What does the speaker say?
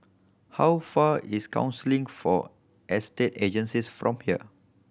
how far is Council for Estate Agencies from here